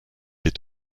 est